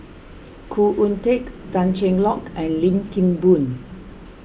Khoo Oon Teik Tan Cheng Lock and Lim Kim Boon